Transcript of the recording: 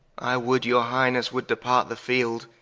i would your highnesse would depart the field,